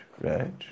right